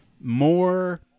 more